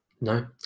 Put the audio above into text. no